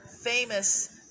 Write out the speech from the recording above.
famous